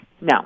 No